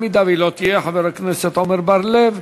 אם היא לא תהיה חבר הכנסת עמר בר-לב.